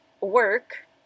work